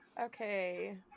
Okay